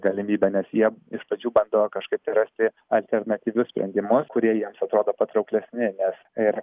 galimybę nes jie iš pradžių bando kažkaip tai rasti alternatyvius sprendimus kurie jiems atrodo patrauklesni nes ir